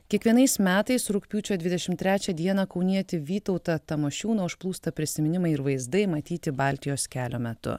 kiekvienais metais rugpjūčio dvidešim trečią dieną kaunietį vytautą tamošiūną užplūsta prisiminimai ir vaizdai matyti baltijos kelio metu